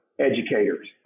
educators